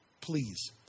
please